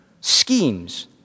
Schemes